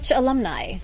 alumni